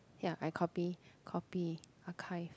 ya I copy copy archive